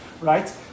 right